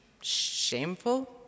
shameful